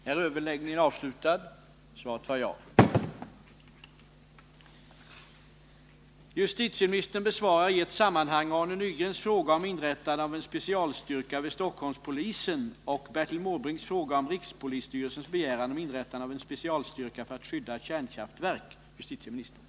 Rikspolisstyrelsen planerar att organisera och utbilda en enhet vid Stockholmspolisen för bekämpande av terrordåd, tagande av gisslan m.m. En begäran om inrättande av en sådan styrka behandlades av polisutredningen 1977, och förslag presenterades regeringen om avslag på framställningen. Anser statsrådet att skäl föreligger att nu inrätta den specialstyrka vid Stockholmspolisen som tidigare avvisats av regering och riksdag?